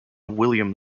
william